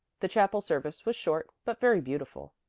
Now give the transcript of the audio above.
the chapel service was short but very beautiful.